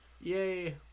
Yay